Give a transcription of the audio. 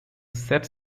sets